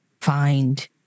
find